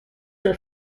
were